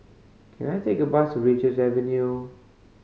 can I take a bus to Richards Avenue